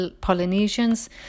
Polynesians